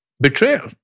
betrayal